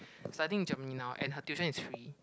studying in Germany now and her tuition is free